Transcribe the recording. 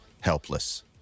helpless